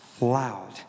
loud